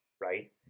right